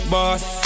Boss